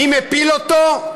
מי מפיל אותו?